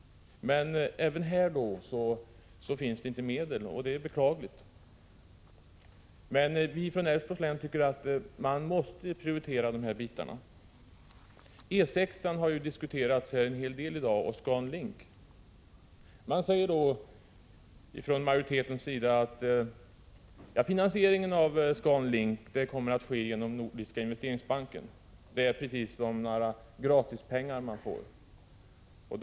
Men inte heller för denna väg finns det medel, och det är beklagligt. Vi från Älvsborgs län tycker emellertid att man måste prioritera dessa bitar. E 6 och ScanLink har ju diskuterats en hel del här i dag. Man säger från majoritetens sida att finansieringen av ScanLink kommer att ske genom Nordiska investeringsbanken. Det är precis som om man skulle få några gratispengar.